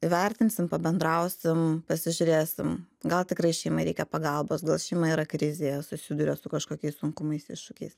įvertinsim pabendrausim pasižiūrėsim gal tikrai šeimai reikia pagalbos gal šeima yra krizėje susiduria su kažkokiais sunkumais iššūkiais